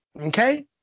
Okay